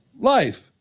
life